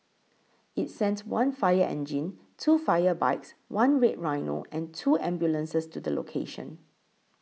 it sent one fire engine two fire bikes one Red Rhino and two ambulances to the location